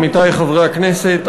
עמיתי חברי הכנסת,